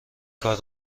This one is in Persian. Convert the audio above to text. کار